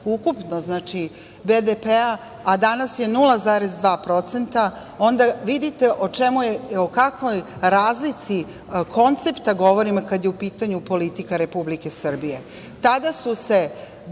ukupno BDP, a danas je 0,2%, onda vidite o kakvoj razlici koncepta govorim kada je u pitanju politika Republike Srbije. Tada su se